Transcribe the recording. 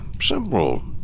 simple